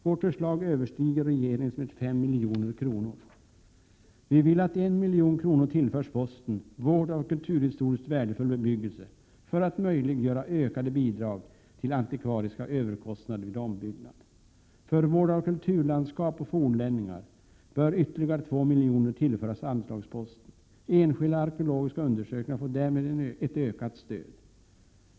Vårt förslag överstiger regeringens med 5 milj.kr. Vi vill att 1 milj.kr. tillförs posten Vård av kulturhistoriskt värdefull bebyggelse, för att möjliggöra ökade bidrag till antikvariska överkostnader vid ombyggnad. För vård av kulturlandskap och fornlämningar bör ytterligare 2 milj.kr. tillföras anslagsposten. Enskilda arkeologiska undersökningar får därmed ett ökat stöd.